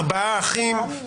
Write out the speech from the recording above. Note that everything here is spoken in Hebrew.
ארבעה אחים,